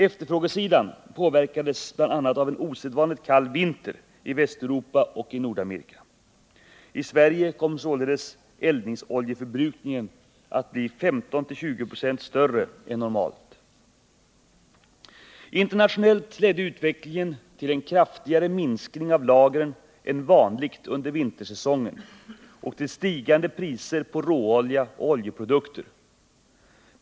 Efterfrågesidan påverkades bl.a. av en osedvanligt kall vinter i Västeuropa och i Nordamerika. I Sverige kom således eldningsoljeförbrukningen att bli 15-20 96 större än normalt. Internationellt ledde utvecklingen till en kraftigare minskning av lagren än vanligt under vintersäsongen och till stigande priser på råolja och oljeprodukter.